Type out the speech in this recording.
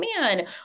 man